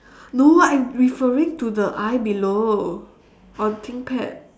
no I'm referring to the I below on thinkpad